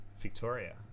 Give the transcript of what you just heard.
Victoria